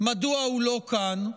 מדוע הוא לא כאן.